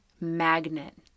magnet